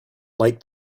like